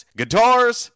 guitars